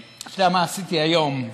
אתה יודע מה עשיתי היום?